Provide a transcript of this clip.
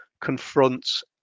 confronts